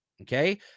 Okay